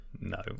no